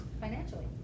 Financially